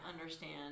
understand